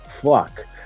Fuck